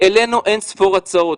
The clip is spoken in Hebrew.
העלינו אין ספור הצעות.